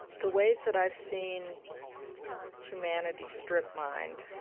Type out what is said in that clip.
the ways that i've seen humanity strip-mined